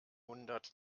hundert